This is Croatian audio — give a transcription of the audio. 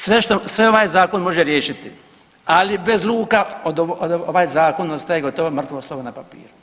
Sve ovaj zakon može riješiti ali bez luka ovaj zakon ostaje gotovo mrtvo slovo na papiru.